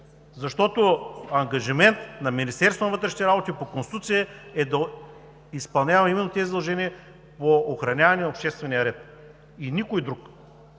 на вътрешните работи по Конституция е да изпълнява именно тези задължения по охраняване на обществения ред и на никой друг.